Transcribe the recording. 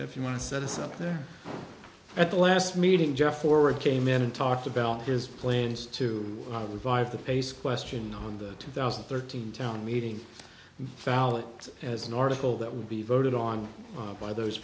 jeff you want to set us up there at the last meeting jeff forward came in and talked about his plans to revive the base question on the two thousand and thirteen town meeting phallic as an article that would be voted on by those